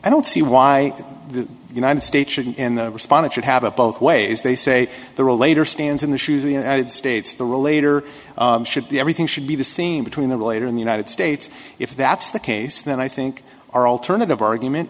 i don't see why the united states shouldn't in responded should have a both ways they say the rollator stands in the shoes the united states the relator should be everything should be the same between the later in the united states if that's the case then i think our alternative argument